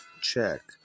check